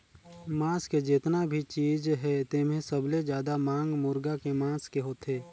मांस के जेतना भी चीज हे तेम्हे सबले जादा मांग मुरगा के मांस के होथे